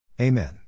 Amen